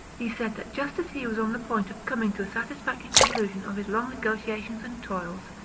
he said that just as he was on the point of coming to a satisfactory conclusion of his long negotiations and toils,